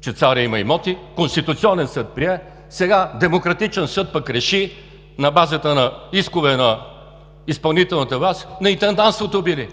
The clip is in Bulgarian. че царят има имоти, Конституционният съд прие, сега демократичен съд пък реши на базата на искове на изпълнителната власт – на интендантството били!“